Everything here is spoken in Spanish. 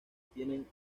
tienen